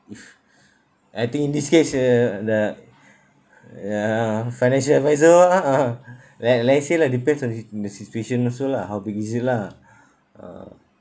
if I think in this case uh the ya financial advisor ah like let's say like depends on the the situation also lah how big is it lah ah